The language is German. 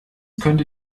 könnte